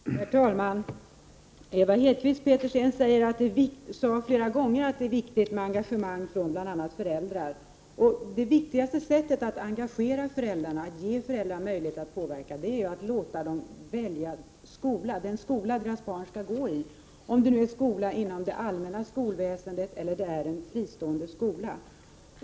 Herr talman! Ewa Hedkvist Petersen sade flera gånger att det är viktigt med engagemang från bl.a. föräldrar. Det bästa sättet att engagera föräldrar och ge dem möjlighet att påverka är att låta dem välja den skola som deras barn skall gå i, antingen en skola inom det allmäna skolväsendet eller en fristående skola.